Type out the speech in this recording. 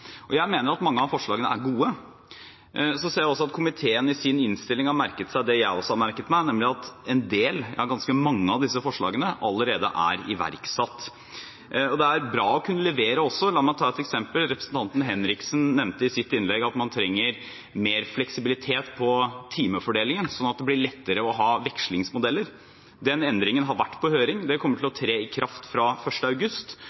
og jeg mener at mange av forslagene er gode. Men så ser jeg i innstillingen at komiteen har merket seg det som jeg også har merket meg, nemlig at ganske mange av disse forslagene allerede er iverksatt. Det er bra å kunne levere også. La meg ta et eksempel: Representanten Henriksen nevnte i sitt innlegg at man trenger mer fleksibilitet på timefordelingen, sånn at det blir lettere å ha vekslingsmodeller. Den endringen har vært på høring. Det kommer til å tre i kraft fra 1. august,